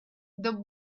the